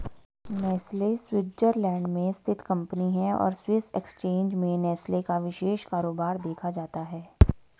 Nestle Switzerland में स्थित company है और स्विस एक्सचेंज में नेस्ले का विशेष कारोबार देखा जाता है